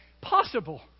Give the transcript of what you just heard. possible